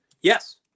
Yes